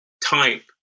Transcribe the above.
type